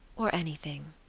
or anything.